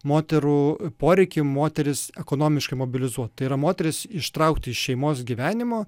moterų poreikį moteris ekonomiškai mobilizuot yra moteris ištraukti iš šeimos gyvenimo